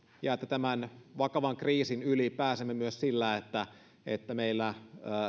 ja että tämän vakavan kriisin yli pääsemme myös sillä että että meillä